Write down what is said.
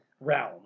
realm